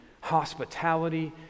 hospitality